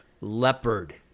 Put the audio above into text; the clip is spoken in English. leopard